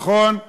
נכון,